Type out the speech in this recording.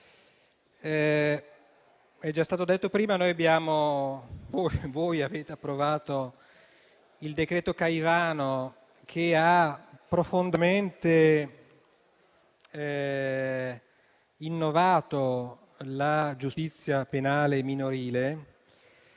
già stato detto prima, voi avete approvato il decreto-legge Caivano, che ha profondamente innovato la giustizia penale minorile,